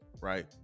right